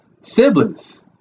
siblings